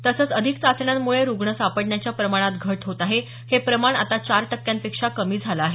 तसंच अधिक चाचण्यांमुळे रुग्ण सापडण्याच्या प्रमाणात घट होत आहे हे प्रमाण आता चार टक्क्यांपेक्षा कमी झालं आहे